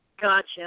Gotcha